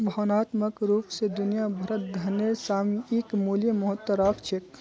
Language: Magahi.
भावनात्मक रूप स दुनिया भरत धनेर सामयिक मूल्य महत्व राख छेक